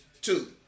Two